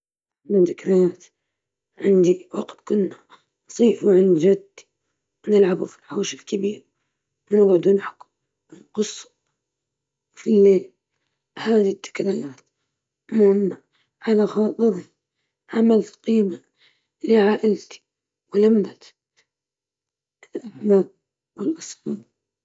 أفضل ذكرى هي وقت قضاء العطلات مع العائلة في الريف، اللعب في الحقول وجمع الفواكه الطازجة، تذكرها تعطيني شعور بالسلام والفرح.